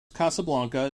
casablanca